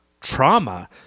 trauma